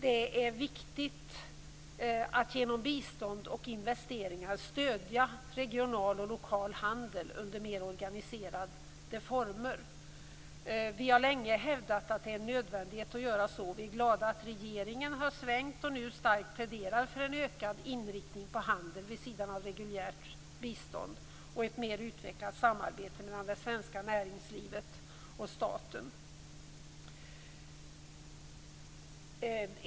Det är viktigt att genom bistånd och investeringar stödja regional och lokal handel under mer organiserade former. Vi har länge hävdat att det är en nödvändighet att göra så. Vi är glada att regeringen har svängt och nu starkt pläderar för en ökad inriktning på handel vid sidan av ett reguljärt bistånd och ett mer utvecklat samarbete mellan svenska näringslivet och staten.